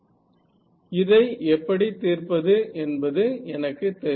என்பதை எப்படி தீர்ப்பது என்பது எனக்கு தெரியும்